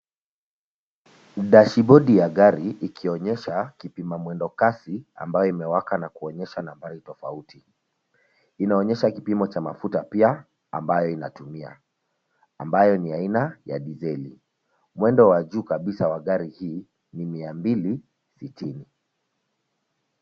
Dashibodi ya gari ikionyesha kipima mwendo kasi ambayo imewaka na kuonyesha nambari tofauti. Inaonyesha kipimo cha mafuta pia ambayo inatumia ambayo ni ya aina ya diseli. Mwendo wa juu kabisa wa gari hili ni mia mbili sitini.